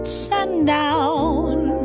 sundown